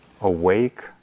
Awake